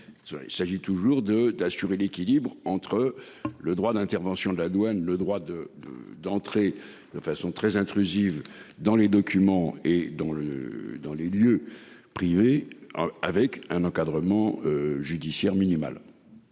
Il s'agit toujours de, d'assurer l'équilibre entre le droit d'intervention de la douane, le droit de, de, d'entrée de façon très intrusive dans les documents et dans le, dans les lieux privés. Avec un encadrement judiciaire minimale.